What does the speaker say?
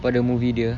pada movie dia